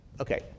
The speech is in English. Okay